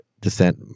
descent